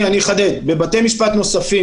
אני אחדד, בבתי משפט נוספים.